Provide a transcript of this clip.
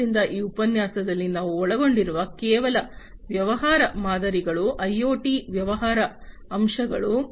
ಆದ್ದರಿಂದ ಈ ಉಪನ್ಯಾಸದಲ್ಲಿ ನಾವು ಒಳಗೊಂಡಿರುವುದು ಕೇವಲ ವ್ಯವಹಾರ ಮಾದರಿಗಳು ಐಒಟಿಯ ವ್ಯವಹಾರ ಅಂಶಗಳು